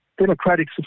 democratic